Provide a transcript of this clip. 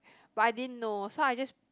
but I didn't know so I just